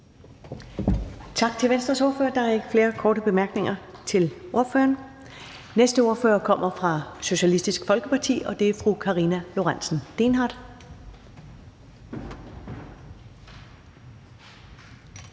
fra Venstre. Der er ikke flere korte bemærkninger til ordføreren. Næste ordfører kommer fra Socialistisk Folkeparti, og det er fru Karina Lorentzen Dehnhardt.